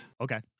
Okay